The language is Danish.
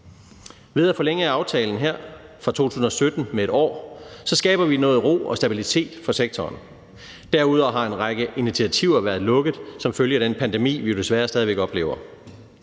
Ved at forlænge aftalen her fra 2017 med 1 år skaber vi noget ro og stabilitet for sektoren. Derudover har en række initiativer været lukket ned som følge af den pandemi, vi jo desværre stadig væk oplever.